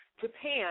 japan